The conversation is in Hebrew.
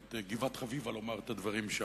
או את גבעת-חביבה לומר את הדברים שם.